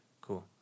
Cool